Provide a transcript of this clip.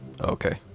Okay